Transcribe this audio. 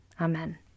Amen